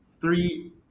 Three